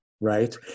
right